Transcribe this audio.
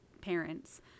parents